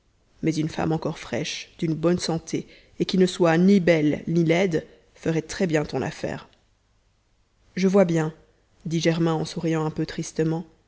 mais une femme encore fraîche d'une bonne santé et qui ne soit ni belle ni laide ferait très bien ton affaire je vois bien dit germain en souriant un peu tristement